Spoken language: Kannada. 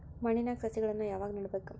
ಮಣ್ಣಿನ್ಯಾಗ್ ಸಸಿಗಳನ್ನ ಯಾವಾಗ ನೆಡಬೇಕು?